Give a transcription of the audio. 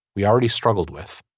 we already struggled with